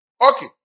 Okay